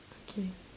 okay